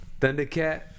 Thundercat